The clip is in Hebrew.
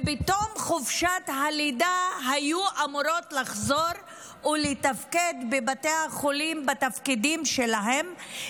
ובתום חופשת הלידה היו אמורות לחזור ולתפקד בבתי החולים בתפקידים שלהן,